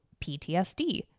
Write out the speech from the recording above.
PTSD